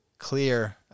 clear